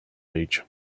age